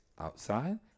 outside